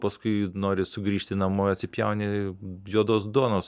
paskui nori sugrįžti namo atsipjauni juodos duonos